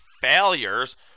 failures